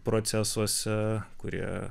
procesuose kurie